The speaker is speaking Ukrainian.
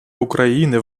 україни